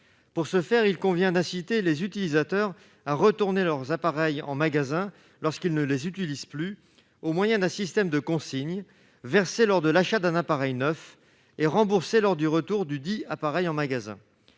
Pour ce faire, il convient d'inciter les utilisateurs à retourner leurs appareils en magasin lorsqu'ils ne les utilisent plus, au moyen d'un système de consigne versée lors de l'achat d'un appareil neuf et remboursée lors du retour dudit appareil en magasin.